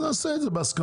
אז נעשה את זה בהסכמה.